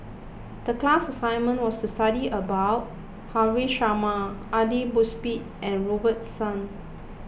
the class assignment was to study about Haresh Sharma Aidli Mosbit and Robert Soon